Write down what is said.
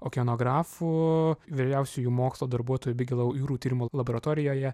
okeanografu vyriausiuoju mokslo darbuotoju bigelou jūrų tyrimų laboratorijoje